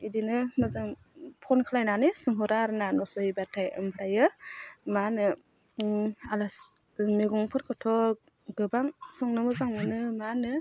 बिदिनो मोजां फन खालामनानै सोंहरो आरो ना न' सहैब्लाथाय ओमफ्रायो मा होनो आलासि मैगंफोरखौथ' गोबां संनो मोजां मोनो मा होनो